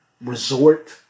resort